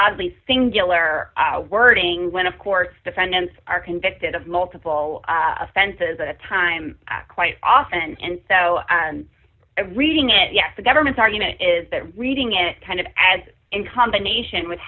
oddly singular wording when of course defendants are convicted of multiple offenses at a time i quite often and so i'm reading it yes the government's argument is that reading it kind of as in combination with